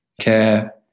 care